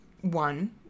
One